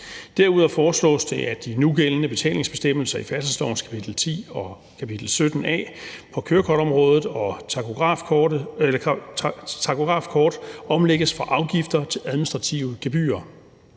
Derudover foreslås det, at de nugældende betalingsbestemmelser i færdselslovens kapitel 10 og kapitel 17 a på kørekortområdet og takografkortområdet omlægges fra afgifter til administrative gebyrer.